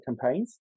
campaigns